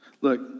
Look